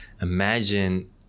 Imagine